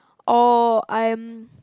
or I'm